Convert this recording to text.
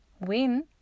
win